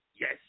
yes